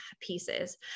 pieces